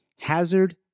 hazard